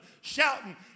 shouting